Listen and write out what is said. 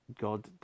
God